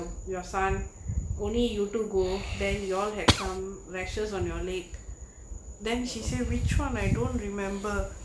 your son only you to go then you all had some rashes on your leg then she say which [one] I don't remember